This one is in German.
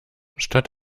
statt